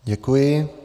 Děkuji.